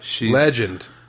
Legend